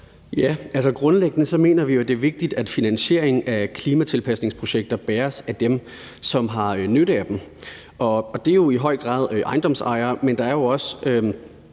Grundlæggende mener vi jo, at det er vigtigt, at finansieringen af klimatilpasningsprojekter bæres af dem, som har nytte af dem. Det er i høj grad ejendomsejere, men der er jo også